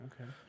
Okay